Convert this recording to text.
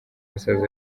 basaza